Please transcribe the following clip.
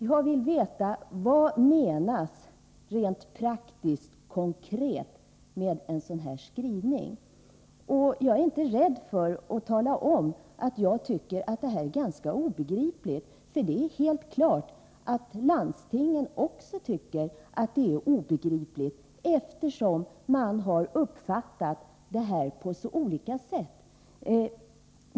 Jag vill veta: Vad menas, rent praktiskt och konkret, med en sådan här skrivning? Jag är inte rädd för att tala om att jag tycker att det här är så gott som obegripligt. Det är helt klart att också landstingen tycker att det är obegripligt, eftersom de har uppfattat det på så olika sätt.